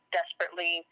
desperately